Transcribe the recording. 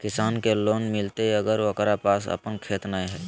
किसान के लोन मिलताय अगर ओकरा पास अपन खेत नय है?